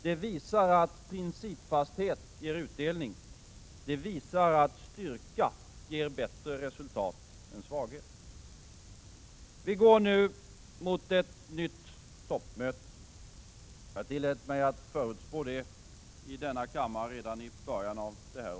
Det visar att principfasthet ger utdelning, och det visar att styrka ger bättre resultat än svaghet. Vi går nu mot ett nytt toppmöte. Jag tillät mig att förutspå det i denna kammare redan i början av detta år.